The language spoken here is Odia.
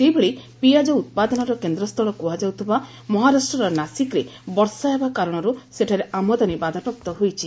ସେହିଭଳି ପିଆଜ ଉପାଦନର କେନ୍ଦ୍ରସ୍ଥଳ କୁହାଯାଉଥିବା ମହାରାଷ୍ଟର ନାସିକ୍ରେ ବର୍ଷା ହେବା କାରଣରୁ ସେଠାରେ ଆମଦାନୀ ବାଧାପ୍ରାପ୍ତ ହୋଇଛି